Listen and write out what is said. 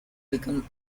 become